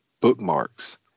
bookmarks